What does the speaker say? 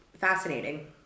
fascinating